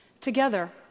Together